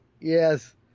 Yes